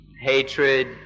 hatred